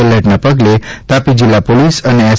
એલર્ટના પગલે તાપી જિલ્લા પોલીસ અને એસ